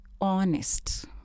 honest